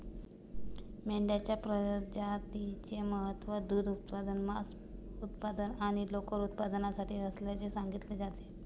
मेंढ्यांच्या प्रजातीचे महत्त्व दूध उत्पादन, मांस उत्पादन आणि लोकर उत्पादनासाठी असल्याचे सांगितले जाते